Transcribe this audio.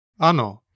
Ano